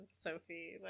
Sophie